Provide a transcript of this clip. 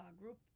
group